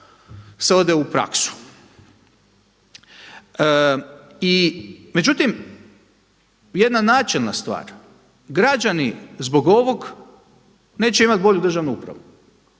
se ode u praksu. Međutim jedna načelna stvar, građani zbog ovog neće imati bolju državnu upravu.